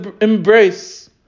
embrace